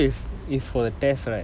hopefully lah I hope